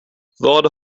vad